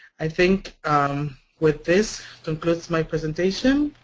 i think with this concludes my presentation.